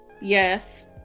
yes